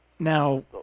Now